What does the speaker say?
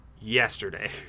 yesterday